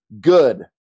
good